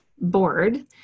board